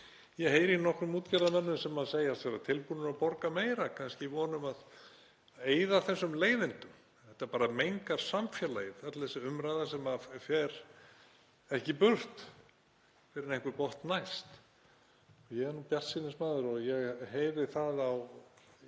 Ég heyri í nokkrum útgerðarmönnum sem segjast vera tilbúnir að borga meira, kannski í von um að eyða þessum leiðindum, þetta bara mengar samfélagið, öll þessi umræða sem fer ekki burt fyrr en einhver botn næst. Ég er nú bjartsýnismaður og ég heyri það á